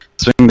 Swing